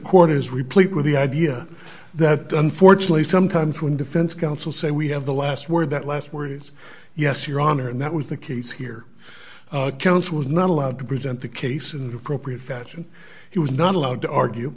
is replete with the idea that unfortunately sometimes when defense counsel say we have the last word that last words yes your honor and that was the case here counsel was not allowed to present the case in the appropriate fashion he was not allowed to argue